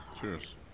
Cheers